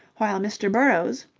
while mr. burrowes,